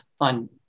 on